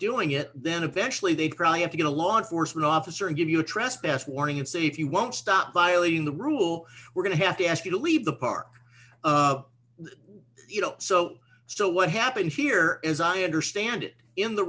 doing it then eventually they'd probably have to get a law enforcement officer and give you a trespass warning and say if you won't stop violating the rule we're going to have to ask you to leave the park you know so so what happened here is i understand it in the